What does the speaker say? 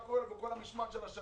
ומה קורה לו בכל המשמעת של השבוע,